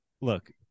Look